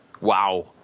Wow